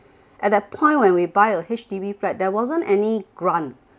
at that point when we buy a H_D_B flat there wasn't any grant